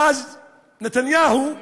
אז נתניהו,